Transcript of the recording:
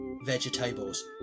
vegetables